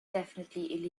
definitively